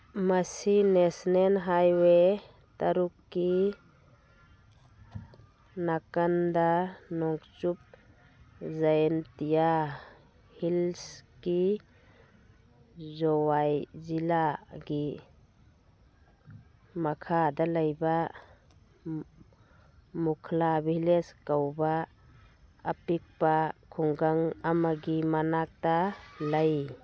ꯃꯁꯤ national highway ꯇꯔꯨꯛꯀꯤ ꯅꯥꯀꯟꯗ ꯅꯣꯡꯆꯨꯞ ꯖꯌꯦꯟꯇꯤꯌꯥ ꯍꯤꯜꯁꯀꯤ ꯖꯣꯋꯥꯏ ꯖꯤꯂꯥꯒꯤ ꯃꯈꯥꯗ ꯂꯩꯕ ꯃꯨꯈ꯭ꯂꯥ ꯚꯤꯂꯦꯖ ꯀꯧꯕ ꯑꯄꯤꯛꯄ ꯈꯨꯡꯒꯪ ꯑꯃꯒꯤ ꯃꯅꯥꯛꯇ ꯂꯩ